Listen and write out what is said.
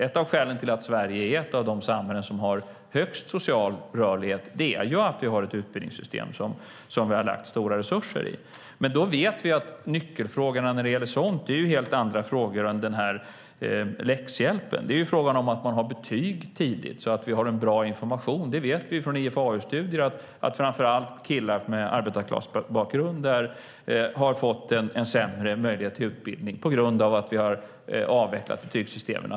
Ett av skälen till att Sverige är ett av de samhällen har högst social rörlighet är att vi har ett utbildningssystem som vi har lagt stora resurser på. Men vi vet att nyckelfrågorna där är helt andra frågor än den här läxhjälpen. Det är frågan om att ge betyg tidigt så att vi får en bra information. Från IFAU-studier vet vi att framför allt killar med arbetarklassbakgrund har fått sämre möjligheter till utbildning på grund av att vi har avvecklat betygssystemet.